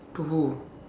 to who